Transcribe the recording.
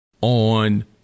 on